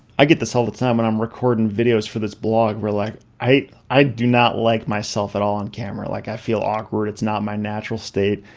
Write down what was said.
i get this all the time when i'm recording videos for this blog where like i i do not like myself at all on camera. like i feel awkward, it's not my natural state.